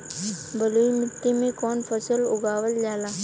बलुई मिट्टी में कवन फसल उगावल जाला?